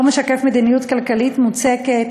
לא משקף מדיניות כלכלית מוצקה.